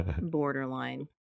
borderline